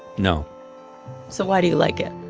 no so why do you like it?